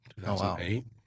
2008